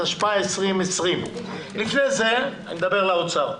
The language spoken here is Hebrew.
התשפ"א 2020. לפני זה אני מדבר לאוצר.